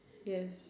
yes